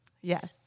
Yes